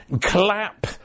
clap